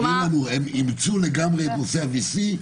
אימצו לגמרי את נושא ה-VC?